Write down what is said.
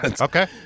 Okay